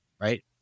right